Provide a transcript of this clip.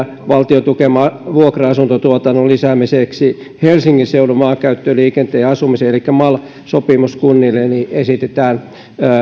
valtion tukeman vuokra asuntotuotannon lisäämiseksi helsingin seudun maankäyttöön liikenteeseen ja asumiseen elikkä mal sopimuskunnille esitetään